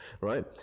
right